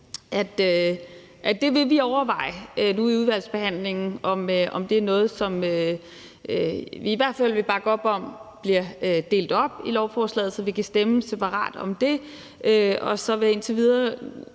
at vi vil overveje i udvalgsbehandlingen, om det er noget, som vi vil bakke op om bliver delt op i lovforslaget, så vi kan stemme separat om det.